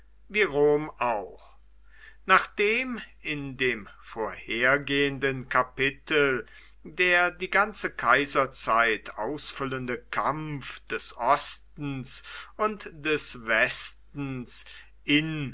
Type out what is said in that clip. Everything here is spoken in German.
wie rom auch nachdem in dem vorhergehenden kapitel der die ganze kaiserzeit ausfüllende kampf des ostens und des westens in